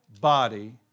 body